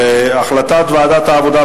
החלטת ועדת העבודה,